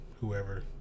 whoever